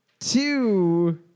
two